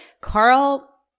Carl –